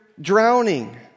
drowning